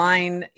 Line